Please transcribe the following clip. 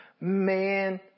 Man